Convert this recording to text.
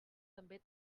també